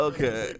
Okay